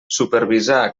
supervisar